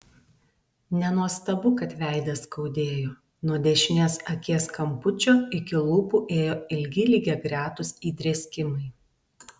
nenuostabu kad veidą skaudėjo nuo dešinės akies kampučio iki lūpų ėjo ilgi lygiagretūs įdrėskimai